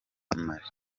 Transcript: mali